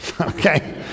okay